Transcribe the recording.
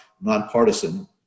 nonpartisan